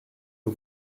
aux